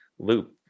loop